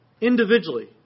Individually